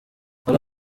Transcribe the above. hari